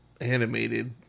animated